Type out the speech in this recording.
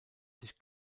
sich